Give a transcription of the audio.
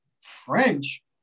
French